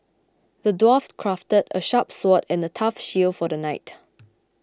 the dwarf crafted a sharp sword and a tough shield for the knight